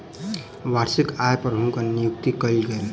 वार्षिक आय पर हुनकर नियुक्ति कयल गेल